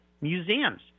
Museums